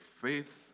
faith